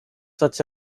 such